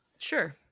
Sure